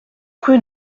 rue